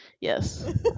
Yes